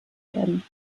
werden